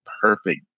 perfect